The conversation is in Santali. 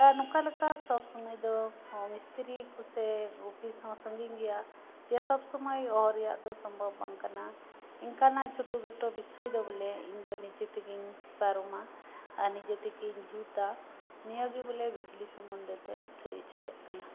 ᱟᱨ ᱱᱚᱠᱟ ᱞᱮᱠᱟ ᱥᱚᱵ ᱥᱩᱢᱟᱹᱭ ᱫᱚ ᱢᱤᱥᱛᱤᱨᱤ ᱠᱩ ᱥᱮ ᱚᱯᱤᱥ ᱦᱚᱸ ᱥᱟ ᱜᱤᱧ ᱜᱮᱭᱟ ᱡᱮ ᱥᱚᱯ ᱥᱩᱢᱟᱹᱭ ᱥᱚᱢᱵᱷᱚᱵ ᱵᱟᱝ ᱠᱟᱱᱟ ᱮᱱᱠᱟᱱᱟᱜ ᱪᱷᱚᱴᱚ ᱠᱷᱟᱴᱚ ᱵᱤᱥᱚᱭ ᱫᱚ ᱵᱚᱞᱮ ᱤᱧᱫᱚ ᱱᱤᱡᱮ ᱛᱮᱜᱤᱧ ᱯᱟᱨᱚᱢᱟ ᱟᱨ ᱱᱤᱡᱮ ᱛᱮᱜᱤᱧ ᱡᱩᱛᱟ ᱱᱤᱭᱟᱹᱜᱤ ᱵᱚᱞᱮ ᱵᱤᱡᱞᱤ ᱥᱚᱢ ᱢᱚᱱᱫᱷᱮ ᱛᱮᱧ ᱞᱟᱹᱭ ᱩᱪᱩᱭᱮᱫ ᱠᱟᱱᱟ